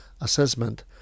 assessment